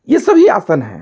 यह सभी आसन हैं